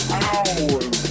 hours